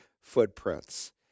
footprints